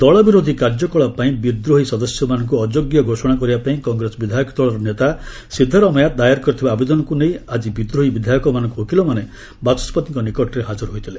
ଦଳ ବିରୋଧୀ କାର୍ଯ୍ୟକଳାପ ପାଇଁ ବିଦ୍ରୋହୀ ସଦସ୍ୟମାନଙ୍କୁ ଅଯୋଗ୍ୟ ଘୋଷଣା କରିବା ପାଇଁ କଂଗ୍ରେସ ବିଧାୟକ ଦଳର ନେତା ସିଦ୍ଧ ରମେୟା ଦାୟର କରିଥିବା ଆବେଦନକ୍ର ନେଇ ଆଜି ବିଦ୍ରୋହୀ ବିଧାୟକମାନଙ୍କ ଓକିଲମାନେ ବାଚସ୍କତିଙ୍କ ନିକଟରେ ହାକର ହୋଇଥିଲେ